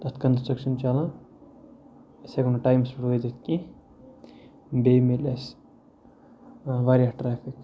تَتھ کَنسٹرٛکشَن چَلان أسۍ ہٮ۪کو نہٕ ٹایمَس پٮ۪ٹھ وٲتِتھ کینٛہہ بیٚیہِ مِلہِ اَسہِ واریاہ ٹرٛیفِک